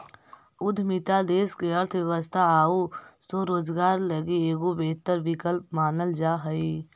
उद्यमिता देश के अर्थव्यवस्था आउ स्वरोजगार लगी एगो बेहतर विकल्प मानल जा हई